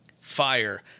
Fire